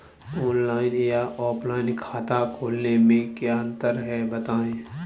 Online या offline खाता खोलने में क्या अंतर है बताएँ?